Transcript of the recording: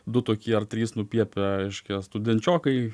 du tokie ar trys nupiepę reiškia studenčiokai